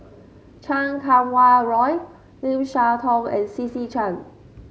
Chan Kum Wah Roy Lim Siah Tong and C C Chan